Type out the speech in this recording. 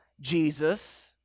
Jesus